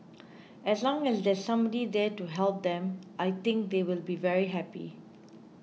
as long as there's somebody there to help them I think they will be very happy